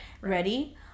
ready